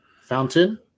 Fountain